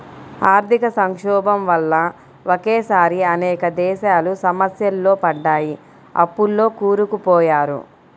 ఆర్థిక సంక్షోభం వల్ల ఒకేసారి అనేక దేశాలు సమస్యల్లో పడ్డాయి, అప్పుల్లో కూరుకుపోయారు